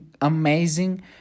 amazing